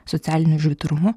socialiniu žvitrumu